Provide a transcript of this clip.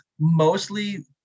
mostly